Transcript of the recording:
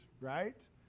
right